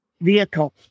vehicle